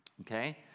okay